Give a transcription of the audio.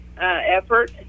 effort